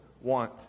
want